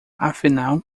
afinal